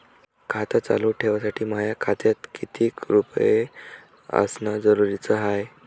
खातं चालू ठेवासाठी माया खात्यात कितीक रुपये असनं जरुरीच हाय?